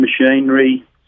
machinery